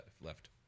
left